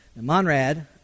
Monrad